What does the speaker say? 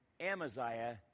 Amaziah